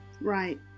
right